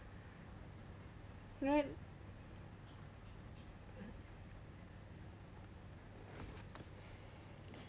yeah